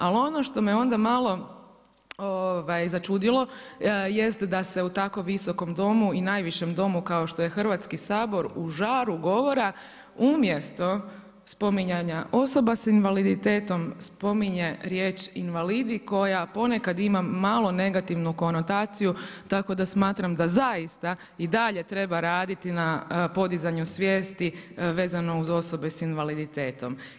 Ali ono što me onda malo začudilo jest da se u tako visokom Domu i najvišem Domu kao što je Hrvatski sabor u žaru govora umjesto spominjanja osoba sa invaliditetom spominje riječ invalidi koja ponekad ima malo negativnu konotaciju tako da smatram da zaista i dalje treba raditi na podizanju svijesti vezano uz osobe sa invaliditetom.